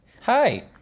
Hi